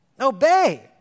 Obey